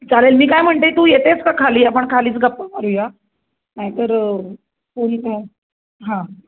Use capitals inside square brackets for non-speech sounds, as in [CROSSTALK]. चालेल मी काय म्हणते तू येत आहेस का खाली आपण खालीच गप्पा मारूया नाहीतर [UNINTELLIGIBLE] हां